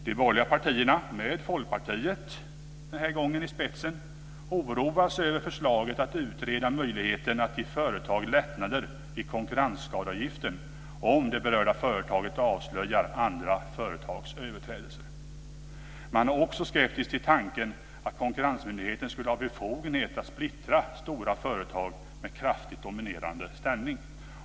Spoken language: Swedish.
De borgerliga partierna, den här gången med Folkpartiet i spetsen, oroar sig över förslaget att utreda möjligheten att ge företag lättnader i fråga om konkurrensskadeavgifter om det berörda företaget avslöjar andra företags överträdelser. Man är också skeptisk till tanken att konkurrensmyndigheten skulle ha befogenhet att splittra stora företag med kraftigt dominerande ställning.